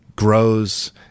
grows